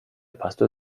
pastor